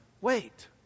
wait